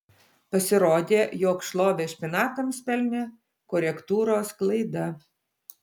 pasirodė jog šlovę špinatams pelnė korektūros klaida